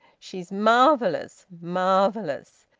she's marvellous, marvellous!